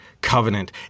covenant